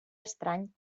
estrany